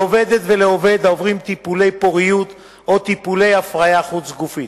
לעובדת ולעובד העוברים טיפולי פוריות או טיפולי הפריה חוץ-גופית.